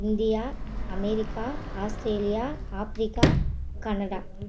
India America Australia Africa Canada